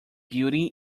beauty